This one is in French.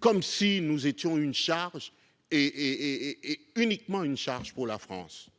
Comme si nous étions une charge et uniquement une charge pour la France